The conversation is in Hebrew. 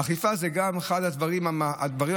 האכיפה זה אחד הדברים המרכזיים.